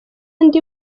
ndi